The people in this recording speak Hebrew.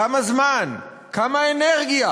כמה זמן, כמה אנרגיה